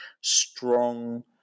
strong